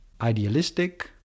idealistic